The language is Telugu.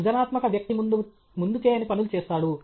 సృజనాత్మక వ్యక్తి ముందు చేయని పనులు చేస్తాడు